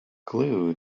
glue